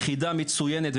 יחידה מצויינת.